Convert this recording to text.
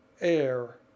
air